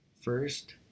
First